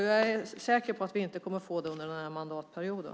Jag är säker på att vi inte kommer att få en sådan politik under den här mandatperioden.